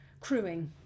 Crewing